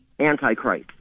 Antichrist